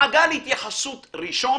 מעגל התייחסות ראשון